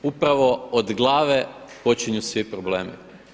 Upravo od glave počinju svi problemi.